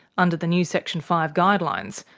under the new section five guidelines,